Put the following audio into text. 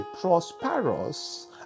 prosperous